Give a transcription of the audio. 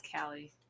Callie